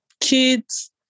kids